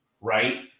right